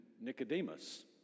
Nicodemus